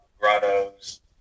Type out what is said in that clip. Grottoes